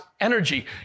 energy